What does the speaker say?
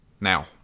Now